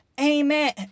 Amen